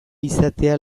izatea